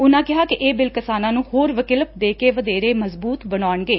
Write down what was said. ਉਨੁਾਂ ਕਿਹਾ ਕਿ ਇਹ ਬਿੱਲ ਕਿਸਾਨਾਂ ਨੂੰ ਹੋਰ ਵਿਕਲਪ ਦੇ ਕੇ ਵਧੇਰੇ ਮਜ਼ਬੁਤ ਬਣਾਉਣਗੇ